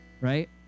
right